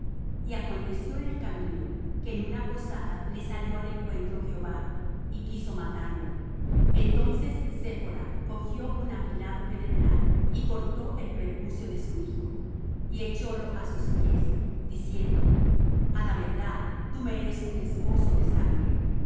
y aconteció en el camino que en una posada le salió al encuentro jehová y quiso matarlo entonces séphora cogió un afilado pedernal y cortó el prepucio de su hijo y echólo á sus pies diciendo a la verdad tú me eres un esposo de sangre